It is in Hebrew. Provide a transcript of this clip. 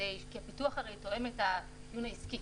כי הפיתוח תואם את האפיון העסקי.